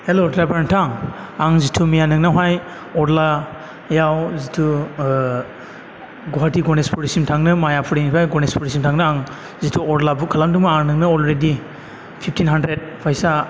हेल' driver नोंथां आं जिथु मैया नोंनावहाय अलायाव जिथु गुवाहाटि गनेस फुरिसिम थांनो मायाफुरिनिफ्राय गनेस फुरिसिम थांनो आं जिथु अला बुख खालामदोंमोन आं नोंनो अलरेदि फिबटिन हानद्रेद फैसा